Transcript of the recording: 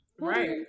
Right